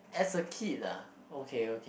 as a kid ah okay okay